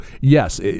yes